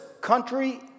country